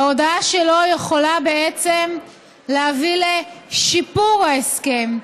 ההודעה שלו יכולה בעצם להביא לשיפור ההסכם.